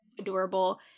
adorable